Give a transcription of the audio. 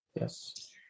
Yes